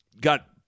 got